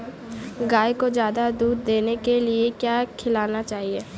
गाय को ज्यादा दूध देने के लिए क्या खिलाना चाहिए?